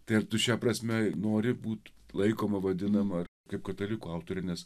tai ar tu šia prasme nori būt laikomą vadinama kaip katalikų autorių nes